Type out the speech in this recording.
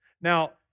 Now